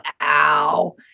ow